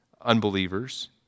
unbelievers